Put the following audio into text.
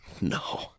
No